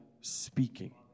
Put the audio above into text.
speaking